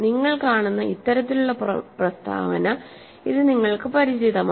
നിങ്ങൾ കാണുന്ന ഇത്തരത്തിലുള്ള പ്രസ്താവന ഇത് നിങ്ങൾക്ക് പരിചിതമാണ്